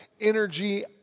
energy